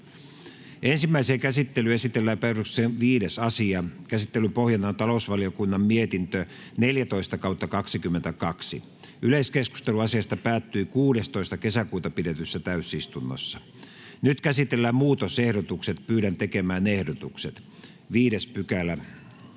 Ensimmäiseen käsittelyyn esitellään päiväjärjestyksen 5. asia. Käsittelyn pohjana on talousvaliokunnan mietintö TaVM 14/2022 vp. Yleiskeskustelu asiasta päättyi 16.6.2022 pidetyssä täysistunnossa. Nyt käsitellään muutosehdotukset. [Speech 5] Speaker: